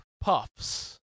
Puffs